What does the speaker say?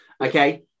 Okay